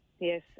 Yes